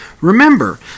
Remember